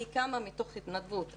היא קמה מתוך התנדבות,